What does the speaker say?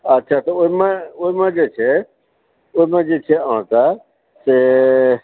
अच्छा ओहिमे ओहिमे जे छै अहाँकेॅं से